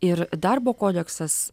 ir darbo kodeksas